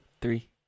Three